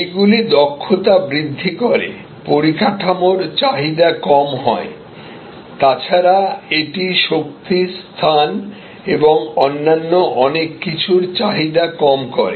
এইগুলি দক্ষতা বৃদ্ধি করে পরিকাঠামোর চাহিদা কম হয় তাছাড়া এটি শক্তি স্থান এবং অন্যান্য অনেক কিছুরই চাহিদা কম করে